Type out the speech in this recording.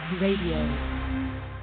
RADIO